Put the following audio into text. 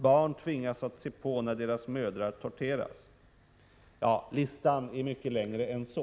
Barn tvingas att se på när deras mödrar torteras. Listan är mycket längre än så.